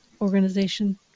organization